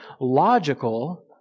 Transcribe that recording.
logical